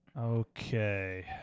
Okay